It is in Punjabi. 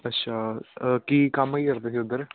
ਅੱਛਾ ਕੀ ਕੰਮ ਕੀ ਕਰਦੇ ਸੀ ਉੱਧਰ